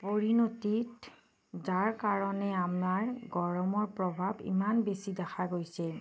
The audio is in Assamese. পৰিণতিত যাৰ কাৰণেই আমাৰ গৰমৰ প্ৰভাৱ ইমান বেছি দেখা গৈছে